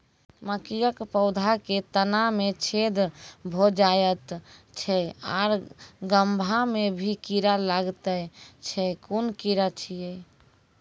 मकयक पौधा के तना मे छेद भो जायत छै आर गभ्भा मे भी कीड़ा लागतै छै कून कीड़ा छियै?